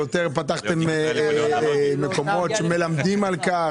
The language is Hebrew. פתחתם מקומות שמלמדים על כך?